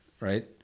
right